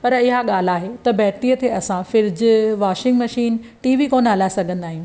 पर इहा ॻाल्हि आहे त बैटरीअ ते असां फ्रिज वाशिंगमशीन टीवी कोन हलाए सघंदा आहियूं